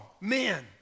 men